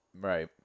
right